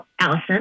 Allison